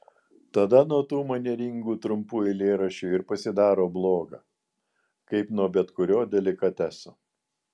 tada nuo tų manieringų trumpų eilėraščių ir pasidaro bloga kaip nuo bet kurio delikateso